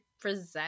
present